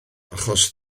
achos